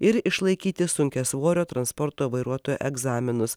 ir išlaikyti sunkiasvorio transporto vairuotojo egzaminus